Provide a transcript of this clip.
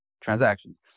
transactions